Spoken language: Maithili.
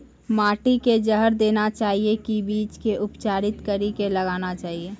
माटी मे जहर देना चाहिए की बीज के उपचारित कड़ी के लगाना चाहिए?